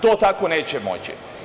To tako neće moći.